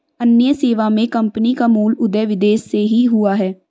अन्य सेवा मे कम्पनी का मूल उदय विदेश से ही हुआ है